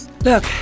Look